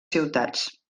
ciutats